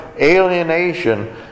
alienation